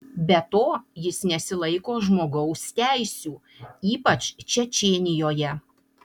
be to jis nesilaiko žmogaus teisių ypač čečėnijoje